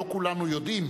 לא כולנו יודעים